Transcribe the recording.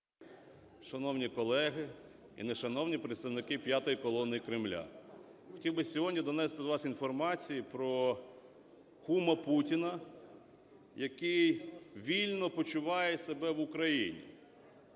шановні колеги і не шановні представники "п'ятої колони" Кремля! Хотів би сьогодні донести до вас інформацію про кума Путіна, який вільно почуває себе в Україні.